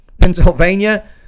Pennsylvania